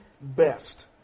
best